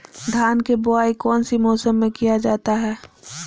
धान के बोआई कौन सी मौसम में किया जाता है?